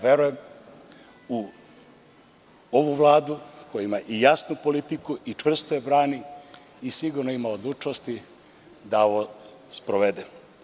Verujem u ovu Vladu koja ima jasnu politiku i čvrsto je brani i sigurno ima odlučnosti da ovo sprovede.